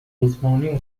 آسمانی